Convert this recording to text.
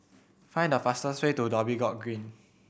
find the fastest way to Dhoby Ghaut Green